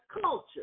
culture